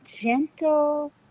gentle